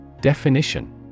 Definition